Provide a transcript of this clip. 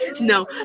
no